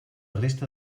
resta